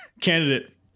candidate